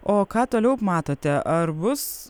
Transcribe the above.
o ką toliau matote ar bus